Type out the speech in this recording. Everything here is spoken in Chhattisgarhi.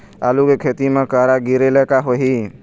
आलू के खेती म करा गिरेले का होही?